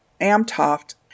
Amtoft